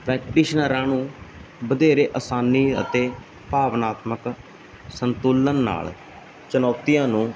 ਪ੍ਰੈਕਟੀਸ਼ਨਰਾਂ ਨੂੰ ਵਧੇਰੇ ਆਸਾਨੀ ਅਤੇ ਭਾਵਨਾਤਮਕ ਸੰਤੁਲਨ ਨਾਲ ਚੁਣੌਤੀਆਂ ਨੂੰ